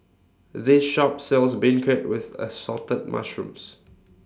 This Shop sells Beancurd with Assorted Mushrooms